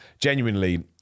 Genuinely